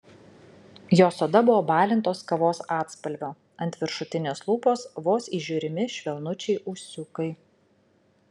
jos oda buvo balintos kavos atspalvio ant viršutinės lūpos vos įžiūrimi švelnučiai ūsiukai